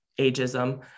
ageism